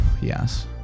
Yes